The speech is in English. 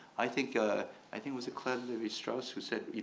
i think ah i think was a clearly strauss who said,